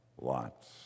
Lots